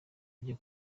ryo